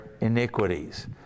iniquities